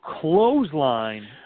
clothesline